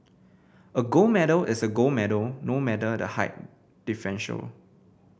a gold medal is a gold medal no matter the height differential